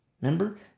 Remember